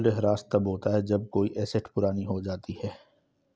मूल्यह्रास तब होता है जब कोई एसेट पुरानी हो जाती है